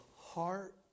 heart